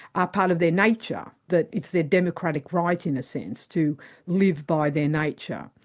are part of their nature that it's their democratic right in a sense, to live by their nature.